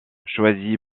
choisi